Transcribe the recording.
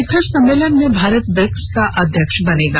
शिखर सम्मेलन में भारत ब्रिक्स का अध्यक्ष बनेगा